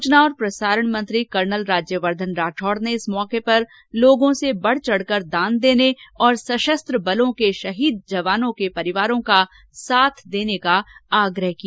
सूचना और प्रसारण मंत्री कर्नल राज्यवर्द्धन राठौड़ ने इस अवसर पर लोगों से बढ़ चढ़कर दान देने और सशस्त्र बलों के शहीद जवानों के परिवारों का साथ देने का आग्रह किया